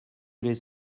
les